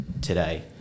today